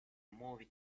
movie